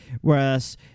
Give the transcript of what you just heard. Whereas